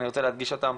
אני רוצה להדגיש אותם,